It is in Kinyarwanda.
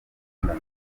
london